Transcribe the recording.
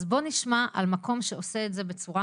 אז בוא נשמע על מקום שעושה את זה בצורה